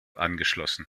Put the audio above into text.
angeschlossen